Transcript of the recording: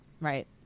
right